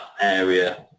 area